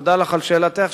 ותודה לך על שאלתך,